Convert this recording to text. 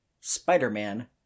Spider-Man